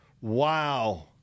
wow